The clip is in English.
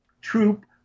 Troop